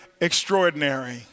extraordinary